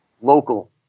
local